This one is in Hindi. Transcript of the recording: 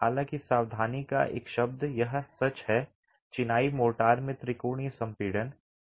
हालाँकि सावधानी का एक शब्द यह सच है चिनाई मोर्टार में त्रिकोणीय संपीड़न